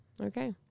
Okay